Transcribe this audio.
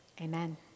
Amen